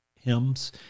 hymns